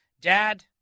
Dad